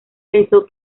pensó